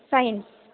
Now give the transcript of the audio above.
science